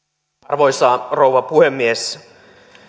arvoisa rouva puhemies